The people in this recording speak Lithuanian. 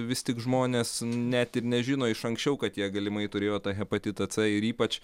vis tik žmonės net nežino iš anksčiau kad jie galimai turėjo tą hepatitą c ir ypač